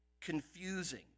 confusing